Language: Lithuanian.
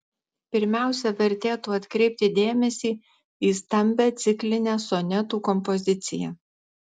pirmiausia vertėtų atkreipti dėmesį į stambią ciklinę sonetų kompoziciją